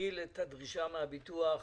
התחיל את הדרישה מהביטוח,